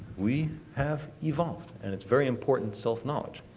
we have evolved. and it's very important self-knowledge.